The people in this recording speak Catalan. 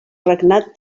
regnat